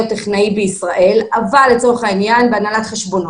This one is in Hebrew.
או טכנאי בישראל אבל לצורך העניין בהנהלת חשבונות.